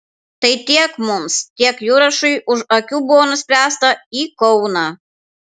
tai tiek mums tiek jurašui už akių buvo nuspręsta į kauną